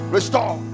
Restore